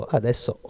adesso